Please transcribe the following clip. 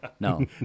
No